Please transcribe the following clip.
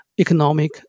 economic